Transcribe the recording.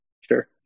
Sure